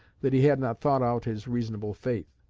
that he had not thought out his reasonable faith.